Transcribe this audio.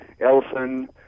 Ellison